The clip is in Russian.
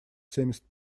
семьдесят